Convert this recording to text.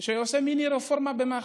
שהוא עושה מיני-רפורמה במח"ש.